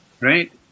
Right